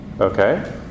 Okay